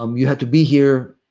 um you have to be here